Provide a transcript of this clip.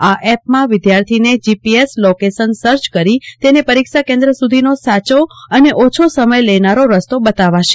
આ એપમાં વિદ્યાર્થીને જીપીએસ લોકેશન સર્ચ કરી તેને પરીક્ષા કેન્દ્વ સુધીનો સાચો અને ઓછો સમય લેનારો રસ્તો બતાવશે